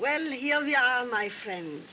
well my friend